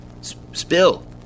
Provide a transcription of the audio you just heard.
Spill